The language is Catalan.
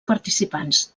participants